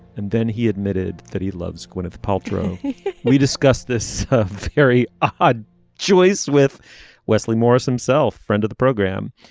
and then he admitted that he loves gwyneth paltrow we discussed this very odd choice with wesley morris himself friend of the program.